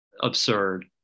absurd